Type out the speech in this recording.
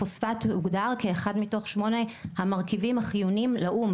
הפוספט הוגדר כאחד מתוך שמונה המרכיבים החיוניים לאו"ם,